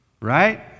Right